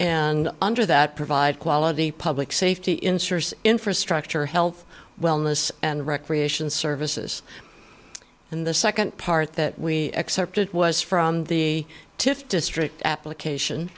and under that provide quality public safety ensures infrastructure health wellness and recreation services and the second part that we excerpted was from the tift district